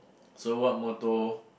so what motto